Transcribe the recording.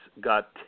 got